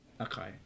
okay